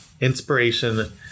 Inspiration